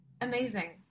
amazing